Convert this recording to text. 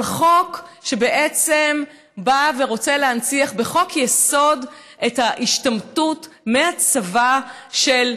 על חוק שבעצם בא ורוצה להנציח בחוק-יסוד את ההשתמטות מהצבא של,